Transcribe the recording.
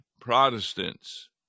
Protestants